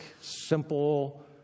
simple